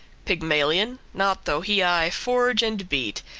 pygmalion? not though he aye forge and beat,